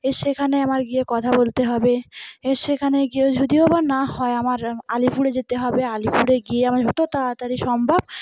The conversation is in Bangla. এর সেখানে আমার গিয়ে কথা বলতে হবে এর সেখানে গিয়েও যদিও বা না হয় আমার আলিপুরে যেতে হবে আলিপুরে গিয়ে আমার হয়তো তাড়াতাড়ি সম্ভব